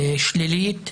שלילית,